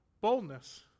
Boldness